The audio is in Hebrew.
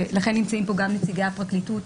ולכן נמצאים פה גם נציגי הפרקליטות,